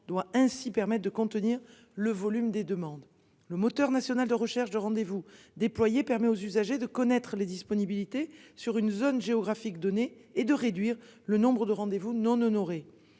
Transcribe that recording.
doit ainsi permettre de contenir le volume des demandes. Le moteur national de recherches de rendez-vous. Permet aux usagers de connaître les disponibilités sur une zone géographique donnée, et de réduire le nombre de rendez-vous non honorés.